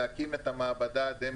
את דיברת על התאריך אמצע אוקטובר.